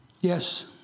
Yes